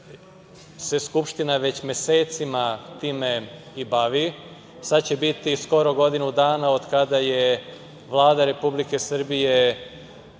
se Skupština mesecima time i bavi. Sada će biti skoro godinu dana od kada je Vlada Republike Srbije